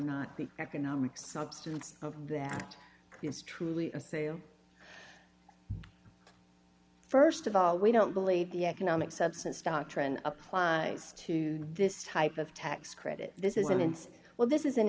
not the economic substance of the act is truly a sale st of all we don't believe the economic substance doctrine applies to this type of tax credit this isn't well this is an